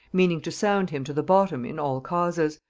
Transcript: meaning to sound him to the bottom in all causes,